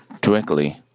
directly